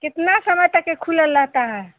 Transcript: कितना समय तक यह खुला रहता है